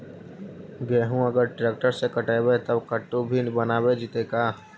गेहूं अगर ट्रैक्टर से कटबइबै तब कटु भी बनाबे जितै का?